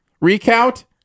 Recount